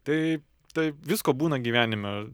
tai taip visko būna gyvenime